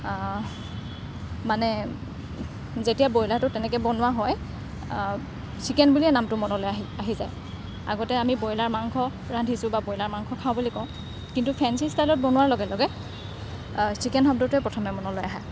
মানে যেতিয়া ব্ৰইলাৰটো তেনেকৈ বনোৱা হয় চিকেন বুলিয়ে নামটো মনলৈ আহি আহি যায় আগতে আমি ব্ৰইলাৰ মাংস ৰান্ধিছোঁ বা ব্ৰইলাৰ মাংস খাওঁ বুলি কওঁ কিন্তু ফেঞ্চি ষ্টাইলত বনোৱাৰ লগে লগে চিকেন শব্দটোৱে প্ৰথমে মনলৈ আহে